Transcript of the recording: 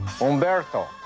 Umberto